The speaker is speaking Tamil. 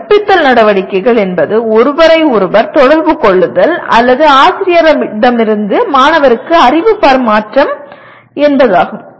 கற்பித்தல் நடவடிக்கைகள் என்பது ஒருவரை ஒருவர் தொடர்பு கொள்ளுதல் அல்லது ஆசிரியரிடமிருந்து மாணவருக்கு அறிவு பரிமாற்றம் என்பதாகும்